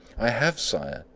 i have, sire,